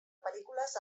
pel·lícules